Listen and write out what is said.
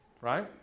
right